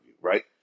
right